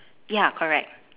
ya correct